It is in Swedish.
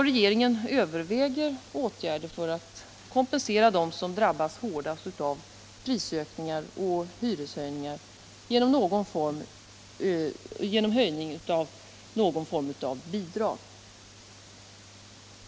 Regeringen överväger åtgärder för att kompensera dem som drabbas hårdast av prisökningar och hyreshöjningar genom höjda bidrag.